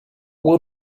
will